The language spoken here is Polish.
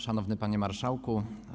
Szanowny Panie Marszałku!